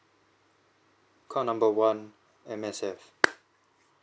call number one M_S_F